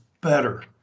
better